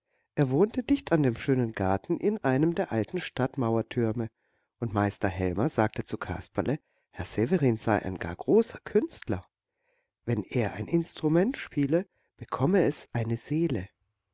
er wohnte dicht an dem schönen garten in einem der alten stadtmauertürme und meister helmer sagte zu kasperle herr severin sei ein gar großer künstler wenn er ein instrument spiele bekomme es eine seele